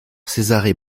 cesare